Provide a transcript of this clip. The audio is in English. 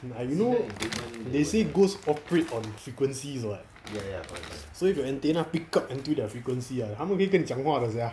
like you know they say ghost operate on frequencies [what] so if your antenna pick up until their frequency ah 他们可以跟你讲话的 sia